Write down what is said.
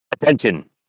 attention